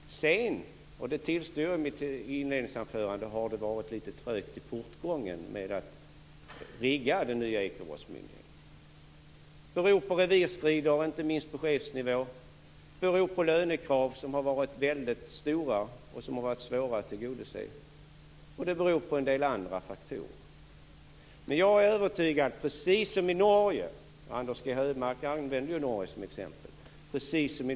Att det sedan - det tillstod jag också i mitt inledningsanförande - har varit litet trögt i portgången med att rigga den nya Ekobrottsmyndigheten beror på revirstrider, inte minst på chefsnivå, på lönekrav som har varit väldigt stora och svåra att tillgodose och på en del andra faktorer. Men jag är övertygad om att det är precis som i Norge. Anders G Högmark använde ju Norge som exempel.